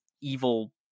evil